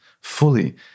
fully